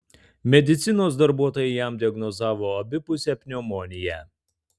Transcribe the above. medicinos darbuotojai jam diagnozavo abipusę pneumoniją